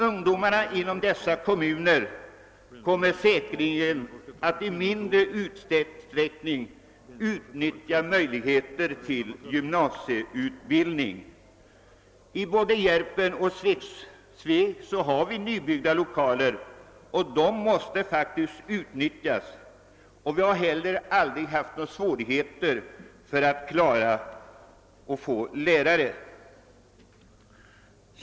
Ungdomen inom dessa kommuner kommer säkerligen att i mindre utsträckning utnyttja möjligheterna till gymnasieutbildning. I både Järpen och Sveg finns nybyggda lokaler, och de måste utnyttjas. Det har heller aldrig varit svårt för oss att få lärare.